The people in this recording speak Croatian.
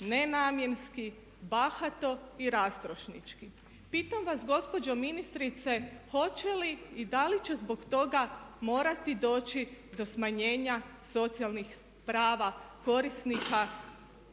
nenamjenski, bahato i rastrošnički. Pitam vas gospođo ministrice, hoće li i da li će zbog toga morati doći do smanjenja socijalnih prava korisnika